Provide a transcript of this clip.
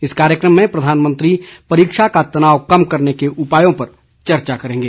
इस कार्यक्रम में प्रधानमंत्री परीक्षा का तनाव कम करने के उपायों पर चर्चा करेंगे